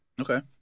Okay